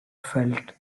felt